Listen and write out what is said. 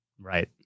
Right